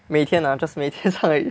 每天 ah just 每天才